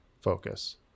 focus